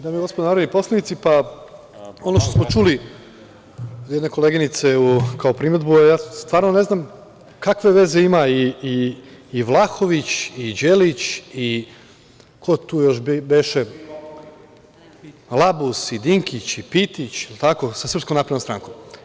Dame i gospodo narodni poslanici, ono što smo čuli od jedne koleginice kao primedbu, ja stvarno ne znam kakve veze ima i Vlahović i Đelić i ko tu još beše, Labus, Dinkić, Pitić i ostali sa Srpskom naprednom strankom?